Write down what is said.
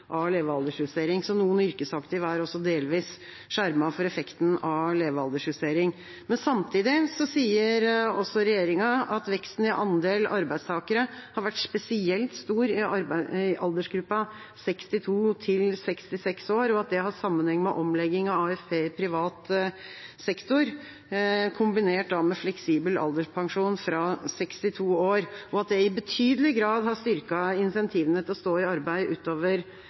av levealderjustering. Så noen yrkesaktive er også delvis skjermet for effekten av levealderjustering. Men samtidig sier regjeringa at veksten i andelen arbeidstakere har vært spesielt stor i aldersgruppa 62–66 år, og at det har sammenheng med omlegging av AFP i privat sektor, kombinert med fleksibel alderspensjon fra 62 år, og at det i betydelig grad har styrket incentivene til å stå i